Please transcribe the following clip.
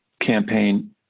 campaign